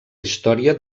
història